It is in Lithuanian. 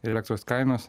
elektros kainos